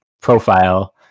profile